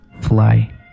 fly